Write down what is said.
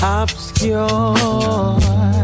obscure